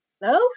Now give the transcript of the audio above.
Hello